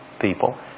people